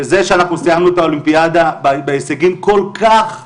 וזה שאנחנו סיימנו את האולימפיאדה בהישגים כל כך גבוהים,